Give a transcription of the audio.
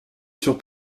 sur